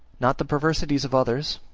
not the perversities of others,